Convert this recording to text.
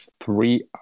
three